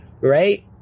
right